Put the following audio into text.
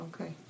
okay